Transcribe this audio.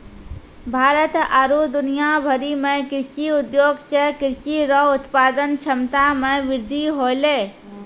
भारत आरु दुनिया भरि मे कृषि उद्योग से कृषि रो उत्पादन क्षमता मे वृद्धि होलै